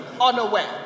unaware